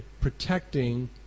protecting